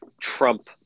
Trump